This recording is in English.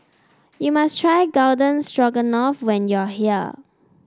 you must try Garden Stroganoff when you are here